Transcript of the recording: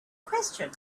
question